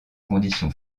condition